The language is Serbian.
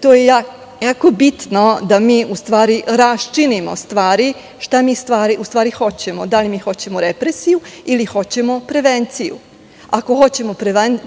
To je jako bitno, da mi raščinimo stvari, šta mi u stvari hoćemo, da li hoćemo represiju ili hoćemo prevenciju. Ako hoćemo